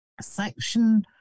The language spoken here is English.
section